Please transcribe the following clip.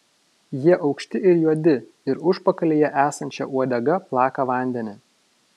jie aukšti ir juodi ir užpakalyje esančia uodega plaka vandenį